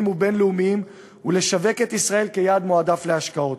ובין-לאומיים ולשווק את ישראל כיעד מועדף להשקעות.